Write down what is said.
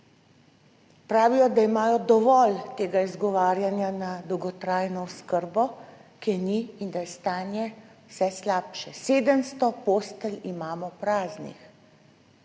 Pravijo, da imajo dovolj tega izgovarjanja na dolgotrajno oskrbo, ki je ni in da je stanje vse slabše. 700 postelj imamo praznih